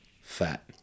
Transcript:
fat